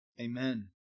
Amen